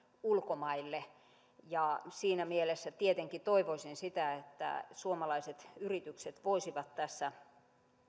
ulkomaille siinä mielessä tietenkin toivoisin sitä että suomalaiset yritykset voisivat tässä